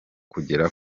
kugera